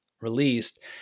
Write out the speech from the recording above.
released